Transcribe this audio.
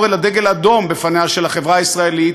אלא דגל אדום בפניה של החברה הישראלית,